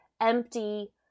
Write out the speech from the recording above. Empty